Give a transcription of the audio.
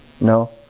No